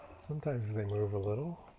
sometimes they move a little.